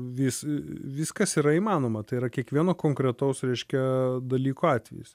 vis viskas yra įmanoma tai yra kiekvieno konkretaus reiškia dalyko atvejis